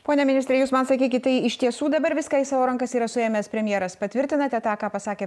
pone ministre jūs man sakykit tai iš tiesų dabar viską į savo rankas yra suėmęs premjeras patvirtinate tą ką pasakė